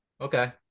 Okay